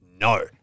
No